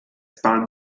bahnt